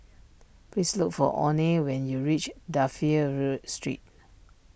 please look for oney when you reach Dafne Street